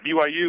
BYU –